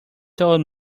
told